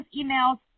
emails